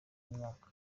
mwaka